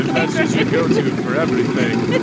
that's just. go to foreverything,